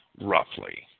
roughly